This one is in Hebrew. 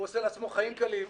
הוא עושה לעצמו חיים קלים.